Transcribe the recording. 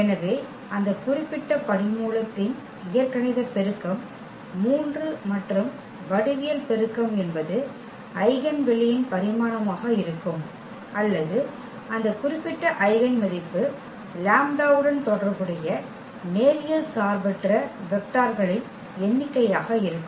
எனவே அந்த குறிப்பிட்ட படிமூலத்தின் இயற்கணித பெருக்கம் 3 மற்றும் வடிவியல் பெருக்கம் என்பது ஐகென் வெளியின் பரிமாணமாக இருக்கும் அல்லது அந்த குறிப்பிட்ட ஐகென் மதிப்பு லாம்ப்டாவுடன் தொடர்புடைய நேரியல் சார்பற்ற வெக்டார்களின் எண்ணிக்கையாக இருக்கும்